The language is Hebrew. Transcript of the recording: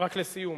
רק לסיום.